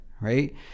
right